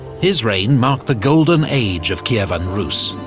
his reign marked the golden age of kievan rus.